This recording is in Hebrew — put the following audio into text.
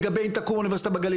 לגבי אם תקום אוניברסיטה בגליל,